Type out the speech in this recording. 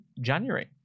january